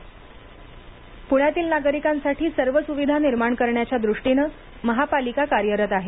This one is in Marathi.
अग्निशमन दल पुण्यातील नागरिकांसाठी सर्व सुविधा निर्माण करण्याच्या दूष्टीने महापालिका कार्यरत आहे